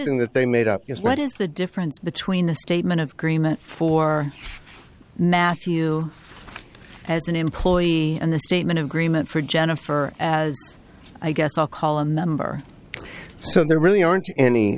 g that they made up just what is the difference between the statement of crema for matthew as an employee and the statement of agreement for jennifer as i guess i'll call a member so there really aren't any